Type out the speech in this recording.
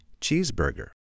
cheeseburger